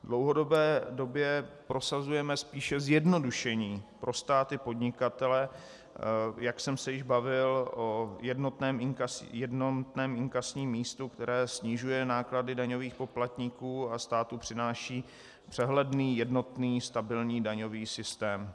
V dlouhodobé době prosazujeme spíše zjednodušení pro stát i podnikatele, jak jsem se již bavil o jednotném inkasním místu, které snižuje náklady daňových poplatníků a státu přináší přehledný, jednotný, stabilní daňový systém.